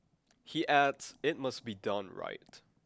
he adds it must be done right